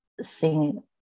sing